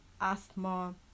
asthma